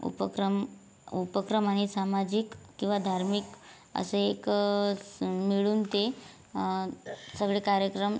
उपक्रम उपक्रम आणि सामाजिक किंवा धार्मिक असे एक सं मिळून ते सगळे कार्यक्रम